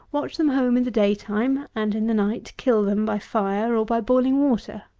watch them home in the day time and in the night kill them by fire, or by boiling water.